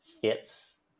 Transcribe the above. fits